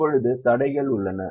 இப்போது தடைகள் உள்ளன